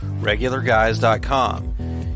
regularguys.com